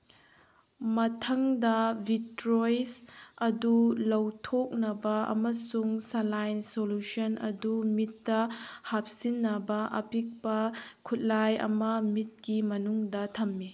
ꯃꯊꯪꯗ ꯕꯤꯇ꯭ꯔꯣꯏꯁ ꯑꯗꯨ ꯂꯧꯊꯣꯛꯅꯕ ꯑꯃꯁꯨꯡ ꯁꯂꯥꯏꯟ ꯁꯣꯂꯨꯁꯟ ꯑꯗꯨ ꯃꯤꯠꯇ ꯍꯥꯞꯆꯤꯟꯅꯕ ꯑꯄꯤꯛꯄ ꯈꯨꯠꯂꯥꯏ ꯑꯃ ꯃꯤꯠꯀꯤ ꯃꯅꯨꯡꯗ ꯊꯝꯃꯤ